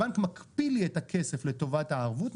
הבנק מקפיא לי את הכסף לטובת הערבות,